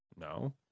no